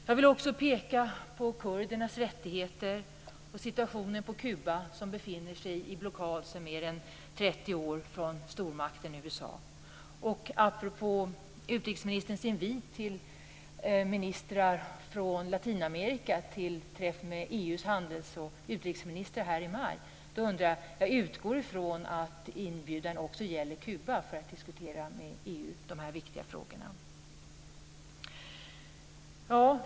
Jag vill också peka på kurdernas rättigheter samt situationen på Kuba, som befinner sig i blockad sedan mer än 30 år från stormakten USA. Latinamerika till träff med EU:s handels och utrikesministrar här i maj för att diskutera de här viktiga frågorna med EU utgår jag från att inbjudan också gäller Kuba.